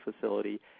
facility